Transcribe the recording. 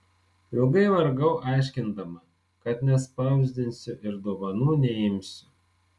ilgai vargau aiškindama kad nespausdinsiu ir dovanų neimsiu